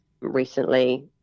recently